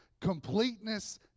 completeness